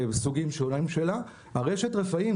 הרשת רפאים,